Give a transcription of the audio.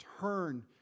turn